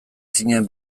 zinen